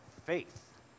faith